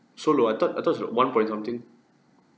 so low I thought I thought is about one point something